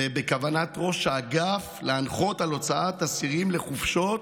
ובכוונת ראש האגף להנחות על הוצאת אסירים לחופשות